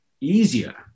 easier